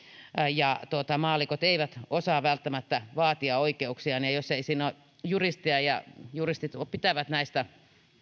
ja maallikot eivät osaa välttämättä vaatia oikeuksiaan jos ei siinä ole juristia juristit pitävät näistä